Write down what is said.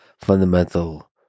fundamental